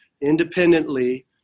independently